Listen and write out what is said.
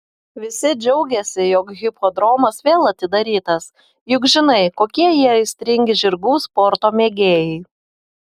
visi džiaugiasi jog hipodromas vėl atidarytas juk žinai kokie jie aistringi žirgų sporto mėgėjai